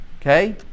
Okay